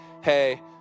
hey